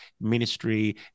ministry